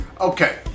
Okay